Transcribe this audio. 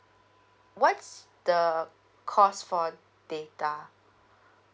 what's the cost for data